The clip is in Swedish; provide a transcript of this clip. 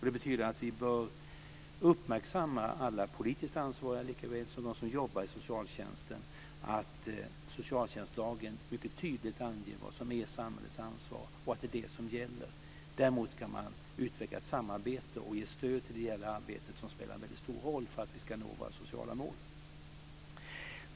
Det betyder att vi bör uppmärksamma alla politiskt ansvariga lika väl som dem som arbetar i socialtjänsten på att socialtjänstlagen mycket tydligt anger vad som är samhällets ansvar och att det är vad som gäller. Däremot kan man utveckla ett samarbete och ge stöd till det ideella arbete som spelar en mycket stor roll för att vi ska nå våra sociala mål.